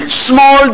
שמאל,